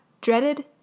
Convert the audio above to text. dreaded